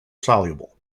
soluble